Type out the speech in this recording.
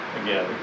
again